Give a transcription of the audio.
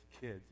kids